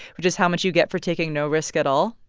which is how much you get for taking no risk at all